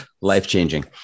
Life-changing